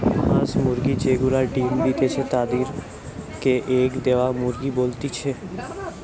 হাঁস মুরগি যে গুলা ডিম্ দিতেছে তাদির কে এগ দেওয়া মুরগি বলতিছে